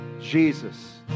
Jesus